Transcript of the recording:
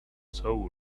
soul